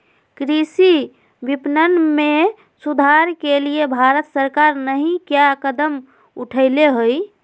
कृषि विपणन में सुधार के लिए भारत सरकार नहीं क्या कदम उठैले हैय?